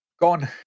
Gone